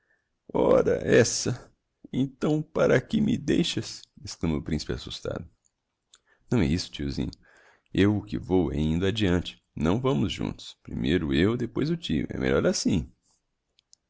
ora essa então para aqui me deixas exclama o principe assustado não é isso tiozinho eu o que vou é indo adiante não vamos juntos primeiro eu depois o tio é melhor assim